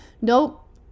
Nope